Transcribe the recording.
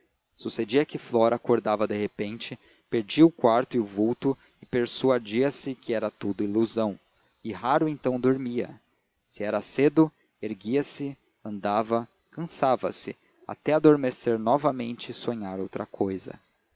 sucedia que flora acordava de repente perdia o quadro e o vulto e persuadia se que era tudo ilusão e raro então dormia se era cedo erguia-se andava cansava se até adormecer novamente e sonhar outra cousa